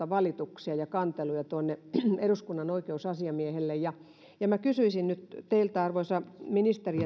valituksia ja kanteluja eduskunnan oikeusasiamiehelle ja ja minä kysyisin nyt teiltä arvoisa ministeri